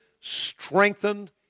strengthened